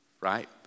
right